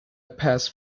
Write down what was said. passed